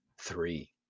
three